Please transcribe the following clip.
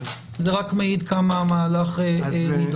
זה רק מעיד עד כמה המהלך נדרש.